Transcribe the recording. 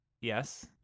Yes